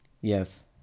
Yes